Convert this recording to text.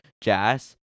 Jazz